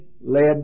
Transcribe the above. led